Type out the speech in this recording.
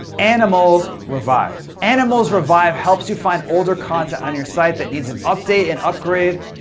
animalz revive. animalz revive helps you find older content on your site that needs an update and upgrade,